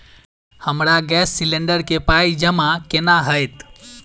हमरा gas cylinder केँ पाई जमा केना हएत?